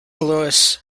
lois